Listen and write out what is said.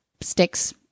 sticks